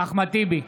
אחמד טיבי,